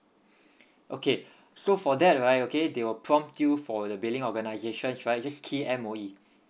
okay so for that right okay they will prompt you for the billing organizations right just key M_O_E